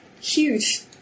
huge